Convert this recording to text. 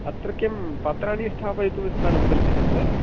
अत्र किं पत्राणि स्थापयितुं स्थानं कल्पितं वा